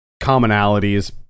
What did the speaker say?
commonalities